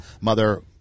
mother